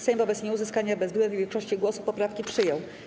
Sejm wobec nieuzyskania bezwzględnej większości głosów poprawki przyjął.